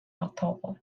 october